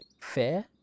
fair